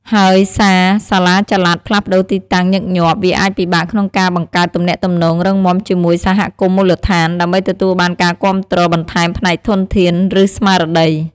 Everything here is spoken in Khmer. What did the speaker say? ហើយសារសាលាចល័តផ្លាស់ប្តូរទីតាំងញឹកញាប់ វាអាចពិបាកក្នុងការបង្កើតទំនាក់ទំនងរឹងមាំជាមួយសហគមន៍មូលដ្ឋាន ដើម្បីទទួលបានការគាំទ្របន្ថែមផ្នែកធនធាន ឬស្មារតី។